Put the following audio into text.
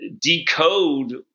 decode